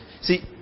See